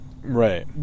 right